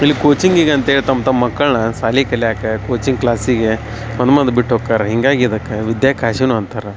ಇಲ್ಲಿ ಕೋಚಿಂಗಿಗೆ ಅಂತ ಹೇಳ್ ತಮ್ಮ ತಮ್ಮ ಮಕ್ಕಳನ್ನ ಶಾಲಿ ಕಲಿಯಕ್ಕ ಕೋಚಿಂಗ್ ಕ್ಲಾಸಿಗೆ ಬಂದು ಬಂದು ಬಿಟ್ಟು ಹೋಕ್ಕಾರ ಹಿಂಗಾಗಿ ಇದಕ್ಕೆ ವಿದ್ಯಾಕಾಶಿಯೂ ಅಂತಾರೆ